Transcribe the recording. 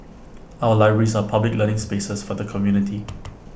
our libraries are public learning spaces for the community